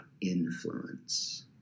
influence